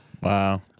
Wow